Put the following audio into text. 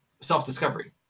self-discovery